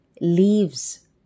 leaves